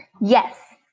Yes